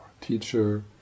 teacher